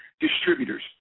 distributors